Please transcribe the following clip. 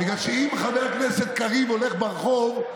בגלל שאם חבר הכנסת קריב הולך ברחוב,